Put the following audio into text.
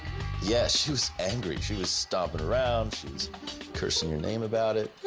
yeah, she was angry. she was stomping around. she was cursing your name about it.